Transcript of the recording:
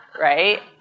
right